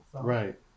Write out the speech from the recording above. Right